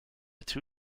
two